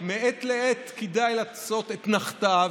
מעת לעת כדאי לעשות אתנחתא,